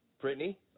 Brittany